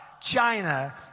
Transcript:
China